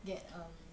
get um